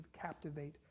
captivate